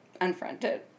Unfriended